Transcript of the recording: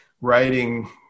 writing